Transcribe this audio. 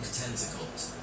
tentacles